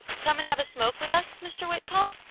come and have a smoke with us, mr. whitcomb?